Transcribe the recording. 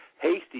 Hasty